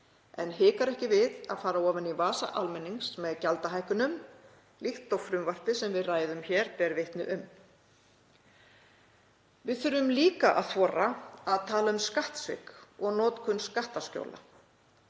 en hikar ekki við að fara ofan í vasa almennings með gjaldahækkunum líkt og frumvarpið sem við ræðum hér ber vitni um. Við þurfum líka að þora að tala um skattsvik og notkun skattaskjóla.